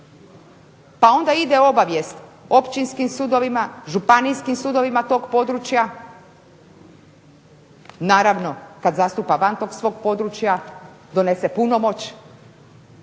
pa onda ide obavijest općinskim sudovima, županijskim sudovima tog područja. Naravno kad zastupa van tog svog područja donese punomoć